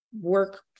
work